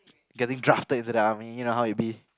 getting drafted into the army you know how it be